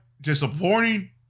disappointing